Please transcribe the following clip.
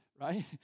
right